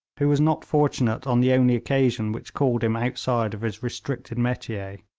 who was not fortunate on the only occasion which called him outside of his restricted metier.